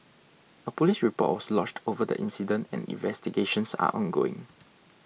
a police report was lodged over the incident and investigations are ongoing